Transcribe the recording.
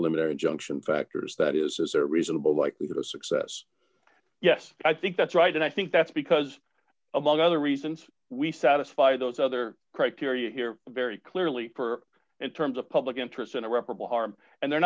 injunction factors that is a reasonable likelihood of success yes i think that's right and i think that's because among other reasons we satisfy those other criteria here very clearly for and terms of public interest in a reparable harm and they're